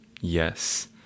Yes